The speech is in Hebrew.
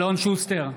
אלון שוסטר,